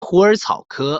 虎耳草科